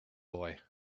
boy